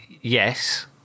yes